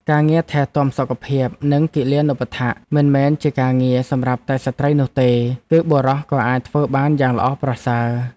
ការងារថែទាំសុខភាព និងគិលានុបដ្ឋាកមិនមែនជាការងារសម្រាប់តែស្ត្រីនោះទេ គឺបុរសក៏អាចធ្វើបានយ៉ាងល្អប្រសើរ។